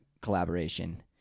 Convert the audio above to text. collaboration